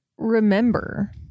remember